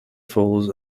falls